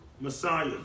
Messiah